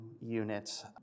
unit